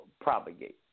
propagate